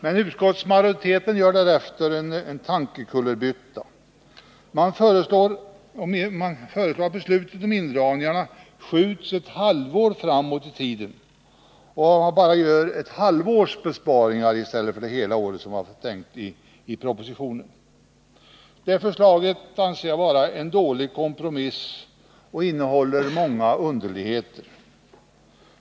Men utskottsmajoriteten gör därefter en tankekullerbytta. Den föreslår att beslutet om indragningarna skjuts ett halvår framåt i tiden och att man bara gör ett halvårs besparingar i stället för det hela års besparingar som var tänkt i propositionen. Det förslaget är en dålig kompromiss och innehåller många underligheter.